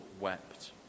wept